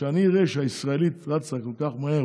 כשאני אראה שהישראלית רצה כל כך מהר,